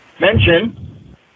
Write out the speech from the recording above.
mention